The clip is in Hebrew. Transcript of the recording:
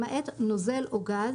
למעט נוזל או גז,